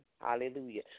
Hallelujah